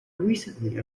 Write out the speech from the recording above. recently